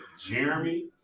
Jeremy